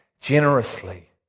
generously